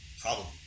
problem